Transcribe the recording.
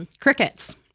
Crickets